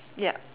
ya